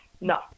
no